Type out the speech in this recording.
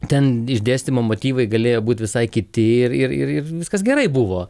ten išdėstymo motyvai galėjo būt visai kiti ir ir ir viskas gerai buvo